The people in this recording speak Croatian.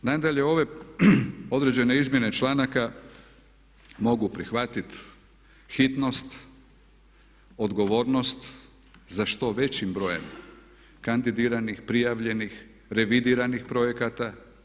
Nadalje, ove određene izmjene članaka mogu prihvatiti hitnost, odgovornost za što većim brojem kandidiranih, prijavljenih, revidiranih projekata.